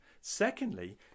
secondly